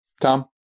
Tom